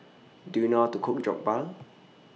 Do YOU know How to Cook Jokbal